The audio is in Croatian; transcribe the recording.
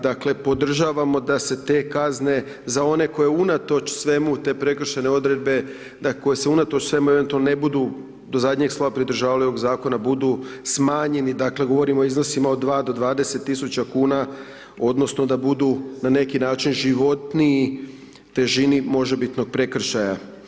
Dakle, podržavamo da se te kazne za one koje unatoč svemu te prekršajne odredbe, da koje se unatoč svemu eventualno ne budu do zadnjeg slova pridržavale ovog zakona budu smanjeni, dakle govorim o iznosima od 2 do 20.000 kuna odnosno da budu na neki način životniji težini možebitnog prekršaja.